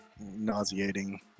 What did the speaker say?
nauseating